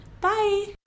Bye